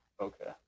Okay